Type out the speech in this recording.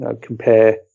compare